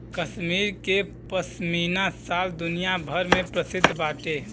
कश्मीर के पश्मीना शाल दुनिया भर में प्रसिद्ध बाटे